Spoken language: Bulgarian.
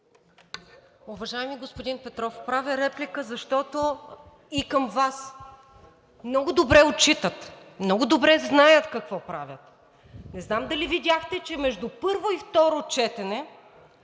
Уважаеми господин Петров, правя реплика и към Вас, защото много добре отчитат, много добре знаят какво правят. Не знам дали видяхте, че между първо и второ четене